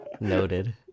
Noted